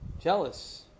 Jealous